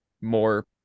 more